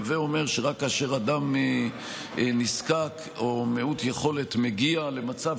הווי אומר שרק כאשר אדם נזקק או מעוט יכולת מגיע למצב